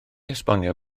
esbonio